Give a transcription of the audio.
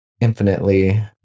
infinitely